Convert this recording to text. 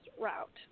route